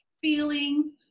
feelings